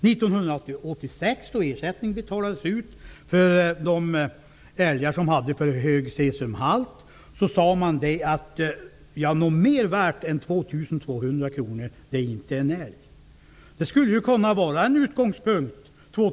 1986, då ersättning betalades ut för de älgar som hade för hög cesiumhalt, så sade man att mer än 2 200 kr är inte en älg värd. Det skulle kunna vara en utgångspunkt.